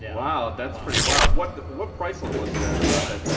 yeah wow. that's pretty wild. what what price level was it at about that time?